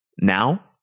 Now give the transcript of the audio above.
Now